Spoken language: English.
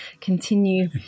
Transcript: continue